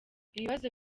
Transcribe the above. ibibazo